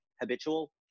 habitual